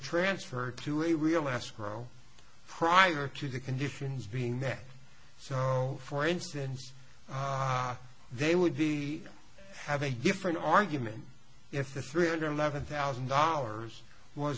transferred to a real last crow prior to the conditions being met so for instance they would be have a different argument if the three hundred eleven thousand dollars was